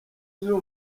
z’uyu